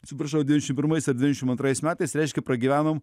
atsiprašau devynšim pirmais devynšim antrais metais reiškia pragyvenom